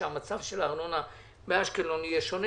שהמצב של הארנונה באשקלון יהיה שונה.